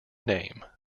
name